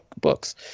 books